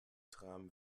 trame